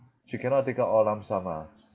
she cannot take out all lump sum ah